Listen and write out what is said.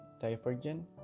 Divergent